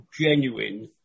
genuine